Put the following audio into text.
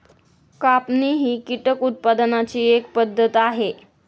कापणी ही कीटक उत्पादनाची एक पद्धत आहे